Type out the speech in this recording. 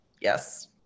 yes